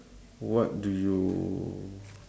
what do you